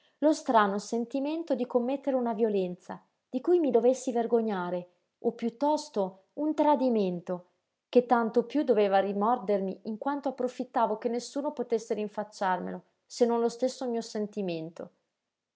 lo strano sentimento di commettere una violenza di cui mi dovessi vergognare o piuttosto un tradimento che tanto piú doveva rimordermi in quanto approfittavo che nessuno potesse rinfacciarmelo se non lo stesso mio sentimento